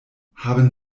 haben